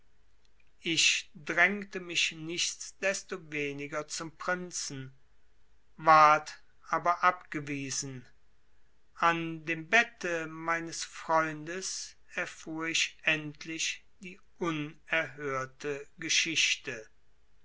ich drängte mich nichtsdestoweniger zum prinzen ward aber abgewiesen an dem bette meines freundes erfuhr ich endlich die unerhörte geschichte